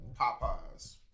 Popeye's